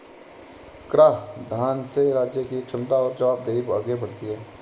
कराधान से राज्य की क्षमता और जवाबदेही आगे बढ़ती है